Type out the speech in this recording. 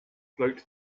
float